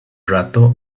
rato